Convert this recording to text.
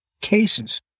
cases